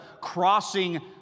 crossing